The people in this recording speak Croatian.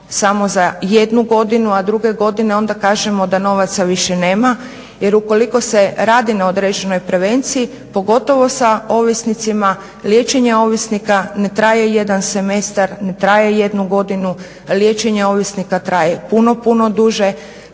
samo za jednu godinu, a druge godine onda kažemo da novaca više nema jer ukoliko se radi na određenoj prevenciji pogotovo sa ovisnicima, liječenje ovisnika ne traje jedan semestar, ne traje jednu godinu, liječenje ovisnika traje puno, puno duže.